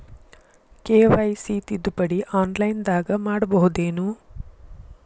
KYC ತಿದ್ದುಪಡಿ ಆನ್ಲೈನದಾಗ್ ಮಾಡ್ಬಹುದೇನು?